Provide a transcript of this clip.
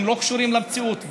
הן לא קשורות במציאות,